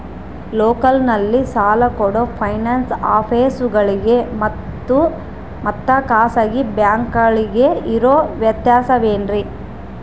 ಲೋಕಲ್ನಲ್ಲಿ ಸಾಲ ಕೊಡೋ ಫೈನಾನ್ಸ್ ಆಫೇಸುಗಳಿಗೆ ಮತ್ತಾ ಖಾಸಗಿ ಬ್ಯಾಂಕುಗಳಿಗೆ ಇರೋ ವ್ಯತ್ಯಾಸವೇನ್ರಿ?